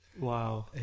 Wow